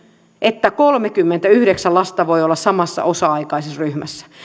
että kolmekymmentäyhdeksän lasta voi olla samassa osa aikaisessa ryhmässä